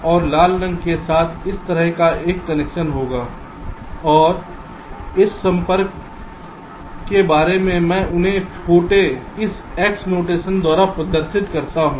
और लाल रंग के साथ इस तरह का एक कनेक्शन होगा और इस संपर्क के बारे में मैं उन्हें छोटे इस x नोटेशन द्वारा प्रदर्शित करता हूं